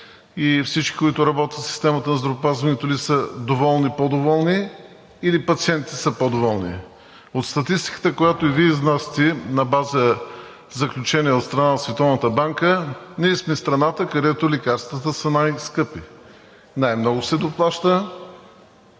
и всички, които работят в системата на здравеопазването ли, са доволни, по-доволни, или пациентите са по-доволни? От статистиката, която и Вие изнасяте на база заключения от страна на Световната банка, ние сме страната, където лекарствата са най-скъпи, най-много се доплаща,